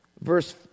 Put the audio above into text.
verse